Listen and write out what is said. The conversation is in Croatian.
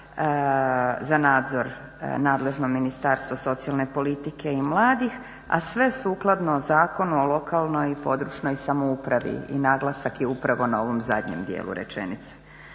za nadzor nadležno Ministarstvo socijalne politike i mladih, a sve sukladno Zakonu o lokalnoj i područnoj samoupravi i naglasak je upravo na ovom zadnjem dijelu rečenice.